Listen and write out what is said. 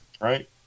right